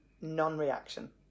non-reaction